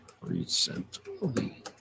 recently